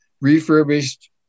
refurbished